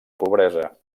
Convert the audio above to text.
pobresa